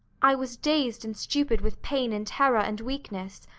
i was dazed and stupid with pain and terror and weakness,